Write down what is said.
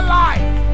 life